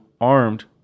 armed